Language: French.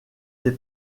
des